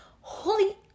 holy